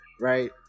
right